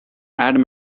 add